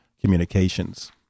Communications